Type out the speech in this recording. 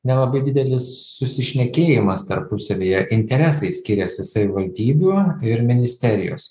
nelabai didelis susišnekėjimas tarpusavyje interesai skiriasi savivaldybių ir ministerijos